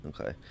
okay